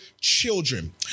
children